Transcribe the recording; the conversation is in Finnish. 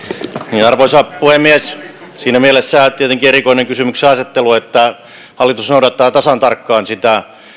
arvoisa puhemies siinä mielessä tietenkin erikoinen kysymyksenasettelu että hallitus noudattaa tasan tarkkaan sitä